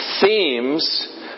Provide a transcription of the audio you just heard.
themes